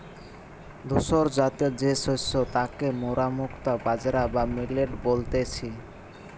ধূসরজাতীয় যে শস্য তাকে মোরা মুক্তা বাজরা বা মিলেট বলতেছি